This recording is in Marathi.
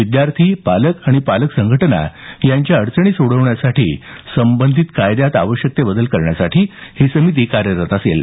विद्यार्थी पालक आणि पालकसंघटना यांच्या अडचणी सोडवण्यासाठी संबंधित कायद्यात आवश्यक ते बदल करण्यासाठी ही समिती कार्यरत असेल